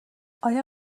آیا